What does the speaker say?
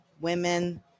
women